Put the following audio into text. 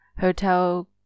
hotel